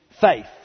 faith